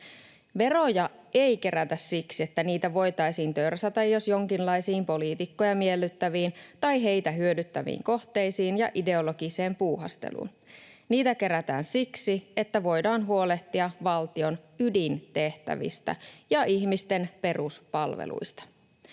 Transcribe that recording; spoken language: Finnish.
Veroja ei kerätä siksi, että niitä voitaisiin törsätä jos jonkinlaisiin poliitikkoja miellyttäviin tai heitä hyödyttäviin kohteisiin ja ideologiseen puuhasteluun. Niitä kerätään siksi, että voidaan huolehtia valtion ydintehtävistä ja ihmisten peruspalveluista.